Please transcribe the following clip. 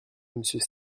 monsieur